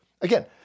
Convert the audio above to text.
Again